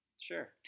Sure